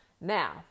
Now